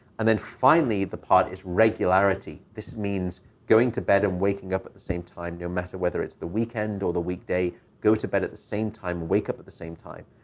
and then, finally, the part is regularity. this means going to bed and waking up at the same time no matter whether it's the weekend or the weekday. go to bed at the same time, wake up at the same time.